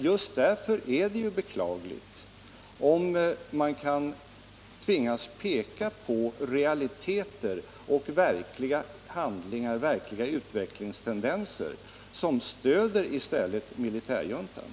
Just därför är det beklagligt om man tvingas peka på realiteter och verkliga utvecklingstendenser som i stället stöder militärjuntan